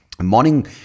Morning